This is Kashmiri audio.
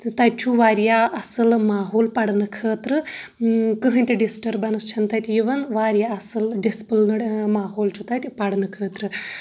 تہٕ تَتہِ چھُ واریاہ اَصٕل ماحول پَرنہٕ خٲطرٕ کٔہیٚنۍ تہِ ڈسٹربنس چھےٚ نہٕ تَتہِ یِوان واریاہ اَصٕل ڈسپلنڈ ماحول چھُ تَتہِ پرنہٕ خٲطرٕ